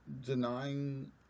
denying